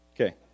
okay